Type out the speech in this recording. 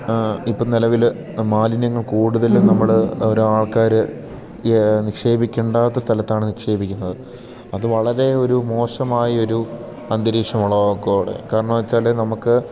ഇപ്പം നിലവിൽ മാലിന്യങ്ങൾ കൂടുതലും നമ്മൾ ഓരോ ആൾക്കാർ നിക്ഷേപിക്കേണ്ടാത്ത സ്ഥലത്താണ് നിക്ഷേപിക്കുന്നത് അത് വളരെ ഒരു മോശമായൊരു അന്തരീക്ഷമുളവാക്കും അവിടെ കാരണം വെച്ചാൽ നമുക്ക്